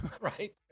right